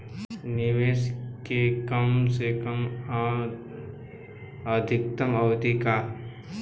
निवेश के कम से कम आ अधिकतम अवधि का है?